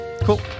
cool